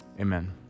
Amen